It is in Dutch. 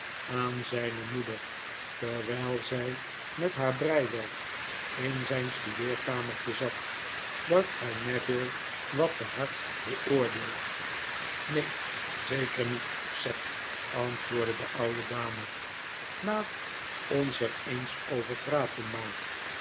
aan zyne moeder terwyl zy met haar breiwerk in zyn studeerkamertje zat dat gy neville wat te hard beoordeelt neen zeker niet sept antwoordde de oude dame laat ons er eens over praten ma